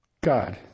God